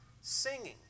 singing